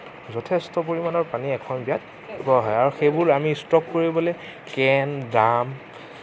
যথেষ্ট পৰিমাণৰ পানী এখন বিয়াত ব্যৱহাৰ হয় আৰু সেইবোৰ আমি ষ্টক কৰিবলৈ কেন ড্ৰাম